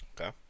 Okay